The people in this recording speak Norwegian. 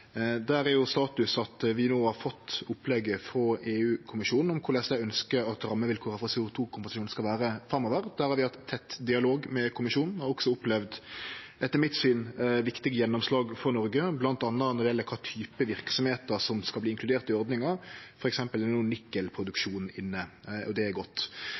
Der er status at vi no har fått opplegget frå EU-kommisjonen om korleis dei ønskjer at rammevilkåra for CO 2 -kompensasjon skal vere framover. Der har vi hatt tett dialog med Kommisjonen og også opplevd, etter mitt syn, viktige gjennomslag for Noreg, bl.a. når det gjeld kva type verksemder som skal inkluderast i ordninga. For eksempel er nikkelproduksjon no inne, og det er godt.